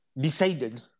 decided